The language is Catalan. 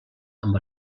amb